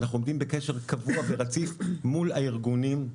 אנחנו עומדים בקשר קבוע ורציף מול הארגונים.